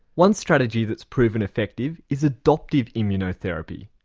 one strategy that's proven effective is adoptive immunotherapy.